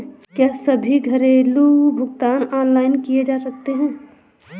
क्या सभी घरेलू भुगतान ऑनलाइन किए जा सकते हैं?